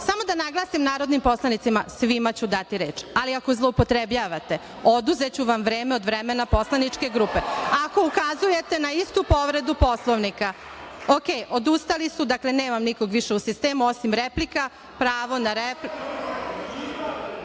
(Ne.)Samo da naglasim narodnim poslanicima, svima ću dati reč, ali ako zloupotrebljavate oduzeću vam vreme od vremena poslaničke grupe, ako ukazujete na istu povredu Poslovnika. Odustali su. Dakle, nemam više nikoga u sistemu, osim replika.(Dalibor Jekić: